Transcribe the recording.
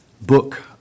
book